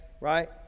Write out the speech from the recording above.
right